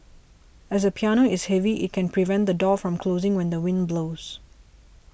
as a piano is heavy it can prevent the door from closing when the wind blows